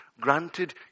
granted